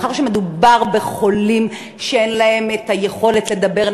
מאחר שמדובר בחולים שאין להם יכולת לדבר,